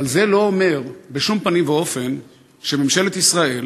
אבל זה לא אומר בשום פנים ואופן שממשלת ישראל